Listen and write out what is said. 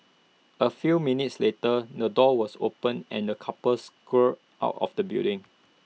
A few minutes later the door was opened and the couple scurried out of the building